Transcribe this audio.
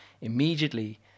Immediately